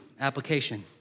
Application